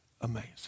amazing